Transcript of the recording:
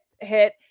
hit